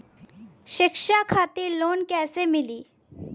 शिक्षा खातिर लोन कैसे मिली?